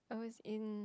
I was in